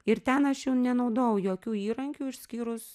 ir ten aš nenaudojau jokių įrankių išskyrus